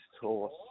horse